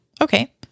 Okay